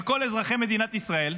של כל אזרחי מדינת ישראל,